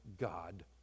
God